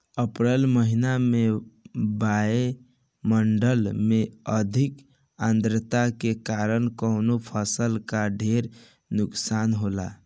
अप्रैल महिना में वायु मंडल में अधिक आद्रता के कारण कवने फसल क ढेर नुकसान होला?